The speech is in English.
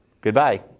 Goodbye